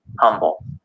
humble